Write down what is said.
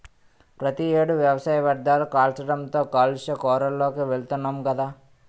ప్రతి ఏడు వ్యవసాయ వ్యర్ధాలు కాల్చడంతో కాలుష్య కోరల్లోకి వెలుతున్నాం గదా